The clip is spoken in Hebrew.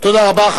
תודה רבה.